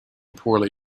poorly